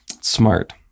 smart